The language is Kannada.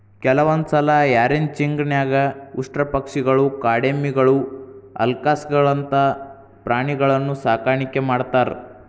ಕೆಲವಂದ್ಸಲ ರ್ಯಾಂಚಿಂಗ್ ನ್ಯಾಗ ಉಷ್ಟ್ರಪಕ್ಷಿಗಳು, ಕಾಡೆಮ್ಮಿಗಳು, ಅಲ್ಕಾಸ್ಗಳಂತ ಪ್ರಾಣಿಗಳನ್ನೂ ಸಾಕಾಣಿಕೆ ಮಾಡ್ತಾರ